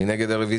מי נגד?